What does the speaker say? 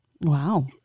Wow